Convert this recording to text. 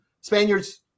Spaniards